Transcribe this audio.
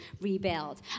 rebuild